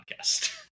podcast